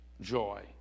joy